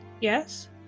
yes